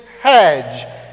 hedge